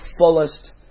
fullest